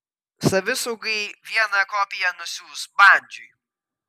savisaugai vieną kopiją nusiųs bandžiui